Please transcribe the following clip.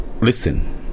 listen